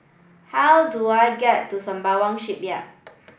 how do I get to Sembawang Shipyard